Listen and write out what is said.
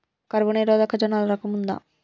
కరువు నిరోధక జొన్నల రకం ఉందా?